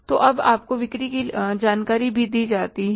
तो अब आपको बिक्री की जानकारी भी दी जाती है